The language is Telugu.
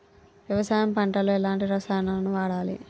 వ్యవసాయం పంట లో ఎలాంటి రసాయనాలను వాడాలి?